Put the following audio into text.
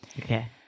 Okay